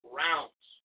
rounds